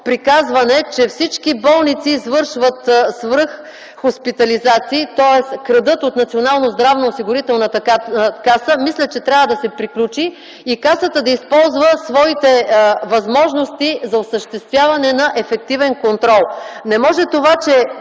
приказване, че всички болници извършват свръх хоспитализации, тоест крадат от Националната здравноосигурителна каса, мисля, че трябва да се приключи и Касата да използва своите възможности за осъществяване на ефективен контрол. Не може това, че